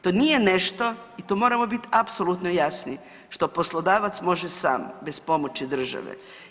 To nije nešto i to moramo biti apsolutno jasni što poslodavac može sam bez pomoći države.